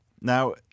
Now